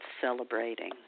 celebrating